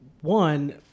one